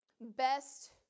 best